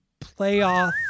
playoff